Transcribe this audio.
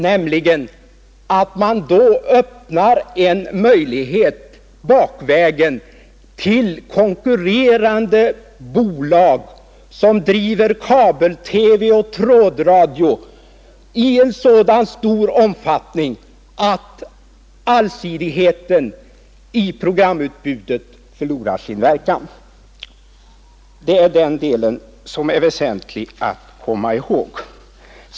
Man öppnar nämligen annars en möjlighet bakvägen för konkurrerande bolag som driver kabel-TV och trådradio i en så stor omfattning att allsidigheten i programutbudet förlorar sin verkan. Den saken är väsentlig att komma ihåg.